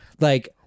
Like-